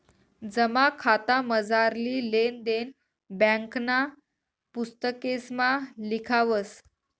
जमा खातामझारली लेन देन ब्यांकना पुस्तकेसमा लिखावस